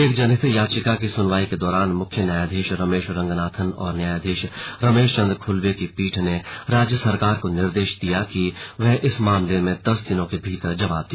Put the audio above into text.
एक जनहित याचिका की सुनवाई के दौरान मुख्य न्यायाधीश रमेश रंगनाथन और न्यायाधीश रमेश चन्द खुल्बे की पीठ ने राज्य सरकार को निर्देश दिया कि वह इस मामले में दस दिन के भीतर जवाब दे